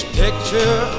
picture